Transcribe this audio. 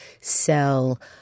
sell